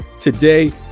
today